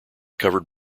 covered